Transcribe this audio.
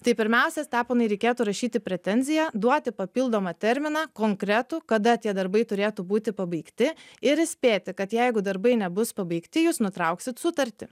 tai pirmiausia steponai reikėtų rašyti pretenziją duoti papildomą terminą konkretų kada tie darbai turėtų būti pabaigti ir įspėti kad jeigu darbai nebus pabaigti jūs nutrauksit sutartį